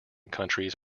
countries